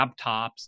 laptops